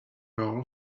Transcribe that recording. roll